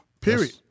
Period